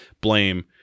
blame